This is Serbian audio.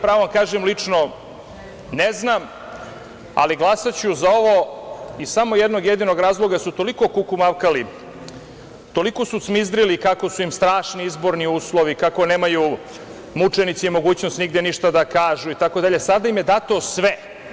Pravo da vam kažem lično, ne znam, ali glasaću za ovo, iz samo jednog jedinog razloga, jer su toliko kukumavkali, toliko su cmizdrili kako su im strašni izborni uslovi, kako nemaju mučenici mogućnosti nigde ništa da kažu itd. a sada im je dato sve.